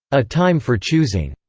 a time for choosing,